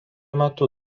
metu